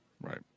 Right